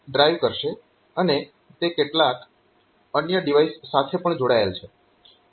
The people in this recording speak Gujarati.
અને તે કેટલાક અન્ય ડિવાઇસ સાથે પણ જોડાયેલ છે